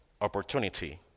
opportunity